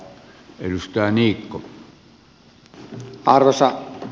arvoisa puhemies